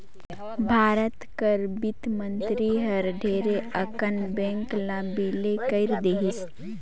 भारत कर बित्त मंतरी हर ढेरे अकन बेंक ल बिले कइर देहिस